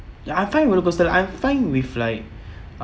ya I find roller coaster like I'm fine with like